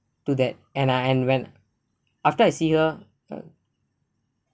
to that and I and went after I see her